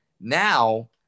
Now